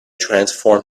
transform